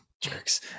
jerks